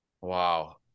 Wow